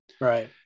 Right